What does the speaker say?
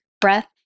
breath